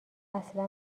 اصلا